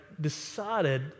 decided